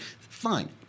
Fine